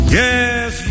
yes